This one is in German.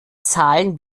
zahlen